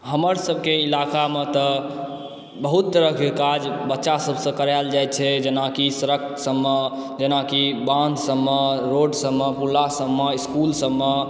हमर सभके इलाकामे तऽ बहुत तरहकेँ काज बच्चासभसे करायल जाइत छै जेनाकि सड़क सभमे जेनाकि बान्धसभमे रोडसभमे सभमे इस्कूलसभमे